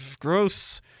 gross